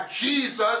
Jesus